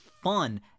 fun